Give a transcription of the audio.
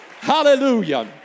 hallelujah